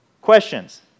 Questions